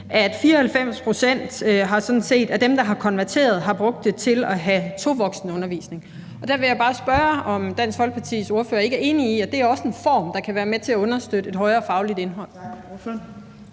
at 94 pct. af dem, der konverterer, har brugt det til at have tovoksenundervisning. Der vil jeg bare spørge, om Dansk Folkepartis ordfører ikke er enig i, at det også er en form, der kan være med til at understøtte et højere fagligt indhold.